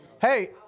hey